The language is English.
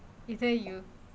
either you